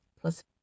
plus